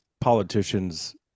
politicians